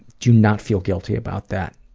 do not feel guilty about that.